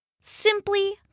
Simply